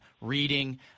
reading